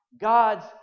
God's